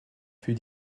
fut